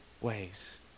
ways